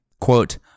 Quote